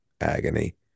agony